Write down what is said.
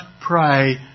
pray